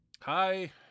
hi